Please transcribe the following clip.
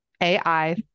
AI